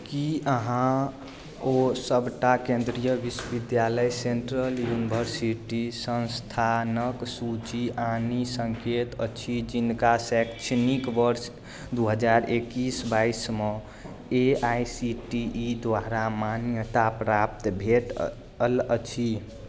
की अहाँ ओ सभटा केन्द्रीय विश्वविद्यालय सेन्ट्रल यूनिवर्सिटी संस्थानक सूची आनि सकैत अछि जिनका शैक्षणिक वर्ष दू हजार एकैस बाइसमे A I C T E द्वारा मान्यताप्राप्त भेटल अछि